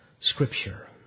Scripture